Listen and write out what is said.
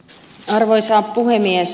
arvoisa puhemies